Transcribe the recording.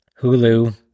Hulu